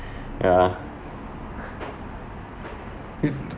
yeah if